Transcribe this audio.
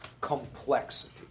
complexity